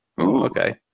Okay